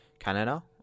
Canada